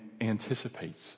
anticipates